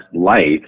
light